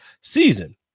season